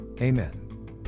Amen